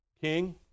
King